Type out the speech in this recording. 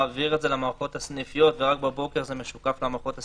מעביר את זה למערכות הסניפיות ורק בבוקר זה משוקף למערכות הסניפיות,